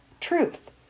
truth